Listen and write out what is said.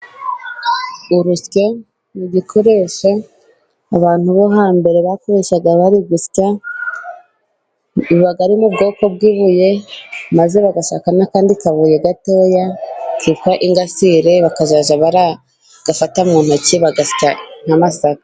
Urusyo ntigikoreshe abantu bo hambere bakoreshaga bari gusya, biba ari mu bwoko bw'ibuye maze bagashaka n'akandi kabuye gato kitwa ingasire bakazajya baragafata mu ntoki bagatsa n'masaka.